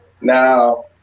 Now